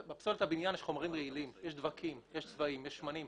גם יש בה חומרים רעילים, דבקים, צבעים, שמנים.